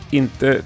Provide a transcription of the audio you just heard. inte